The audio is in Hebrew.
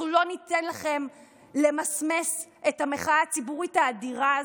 אנחנו לא ניתן לכם למסמס את המחאה הציבורית האדירה הזו.